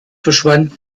verschwand